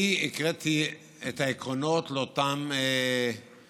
אני הקראתי את העקרונות לפעילות,